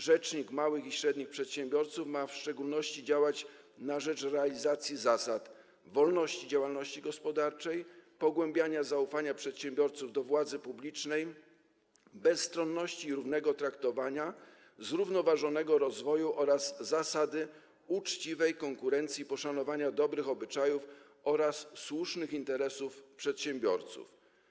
Rzecznik małych i średnich przedsiębiorców ma w szczególności działać na rzecz realizacji zasad: wolności działalności gospodarczej, pogłębiania zaufania przedsiębiorców do władzy publicznej, bezstronności i równego traktowania, zrównoważonego rozwoju oraz uczciwej konkurencji i poszanowania dobrych obyczajów oraz słusznych interesów przedsiębiorców.